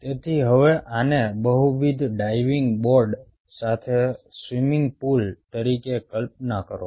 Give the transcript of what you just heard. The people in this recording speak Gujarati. તેથી હવે આને બહુવિધ ડાઇવિંગ બોર્ડ સાથે સ્વિમિંગ પૂલ તરીકે કલ્પના કરો